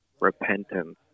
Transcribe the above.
repentance